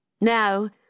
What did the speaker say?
Now